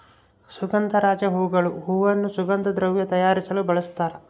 ಸುಗಂಧರಾಜ ಹೂಗಳು ಹೂವನ್ನು ಸುಗಂಧ ದ್ರವ್ಯ ತಯಾರಿಸಲು ಬಳಸ್ತಾರ